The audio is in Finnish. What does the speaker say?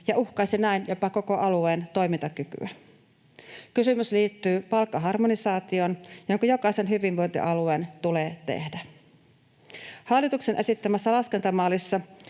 ja uhkaisi näin jopa koko alueen toimintakykyä. Kysymys liittyy palkkaharmonisaatioon, joka jokaisen hyvinvointialueen tulee tehdä. Hallituksen esittämässä laskentamallissa